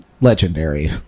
Legendary